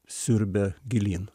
siurbia gilyn